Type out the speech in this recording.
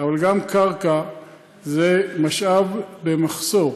אבל גם קרקע זה משאב במחסור.